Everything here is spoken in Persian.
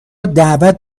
دعوت